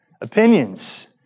opinions